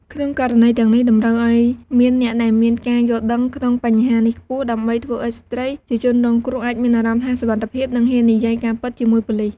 ក្នុងករណីទាំងនេះតម្រូវឱ្យមានអ្នកដែលមានការយល់ដឹងក្នុងបញ្ហានេះខ្ពស់ ដើម្បីធ្វើឲ្យស្ត្រីជាជនរងគ្រោះអាចមានអារម្មណ៍ថាសុវត្ថិភាព និងហ៊ាននិយាយការពិតជាមួយប៉ូលិស។